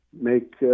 make